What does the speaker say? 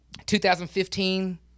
2015